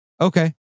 okay